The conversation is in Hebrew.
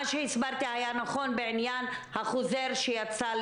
מה שהסברתי היה נכון בעניין החוזר שיצא?